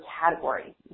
category